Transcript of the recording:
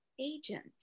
agent